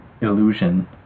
illusion